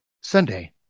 Sunday